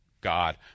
God